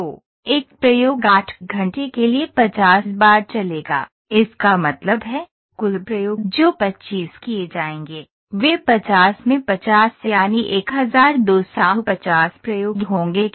तो एक प्रयोग 8 घंटे के लिए 50 बार चलेगा इसका मतलब है कुल प्रयोग जो 25 किए जाएंगे वे 50 में 50 यानी 1250 प्रयोग होंगे